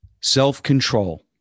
Self-control